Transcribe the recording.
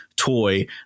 Toy